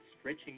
stretching